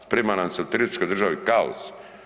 Sprima nam se u turističkoj državi kaos.